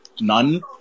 None